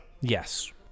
Yes